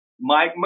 Mike